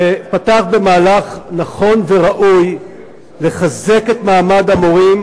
שפתח מהלך נכון וראוי לחזק את מעמד המורים,